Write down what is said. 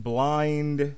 Blind